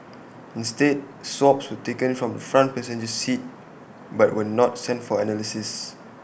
instead swabs were taken from the front passenger seat but were not sent for analysis